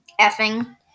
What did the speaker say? effing